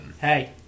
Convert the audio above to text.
Hey